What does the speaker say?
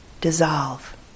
dissolve